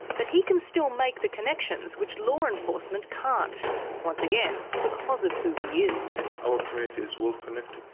but he can still make the connections which law enforcement can't once again, because of who he is. our community is well-connected.